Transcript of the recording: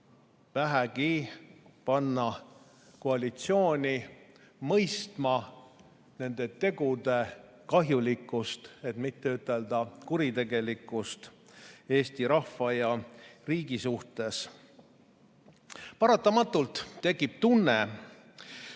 vähegi panna koalitsiooni mõistma nende tegude kahjulikkust – et mitte ütelda: kuritegelikkust – Eesti rahva ja riigi suhtes. Paratamatult tekibdéjà-vu-tunne, et